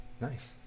Nice